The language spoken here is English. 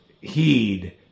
heed